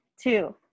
two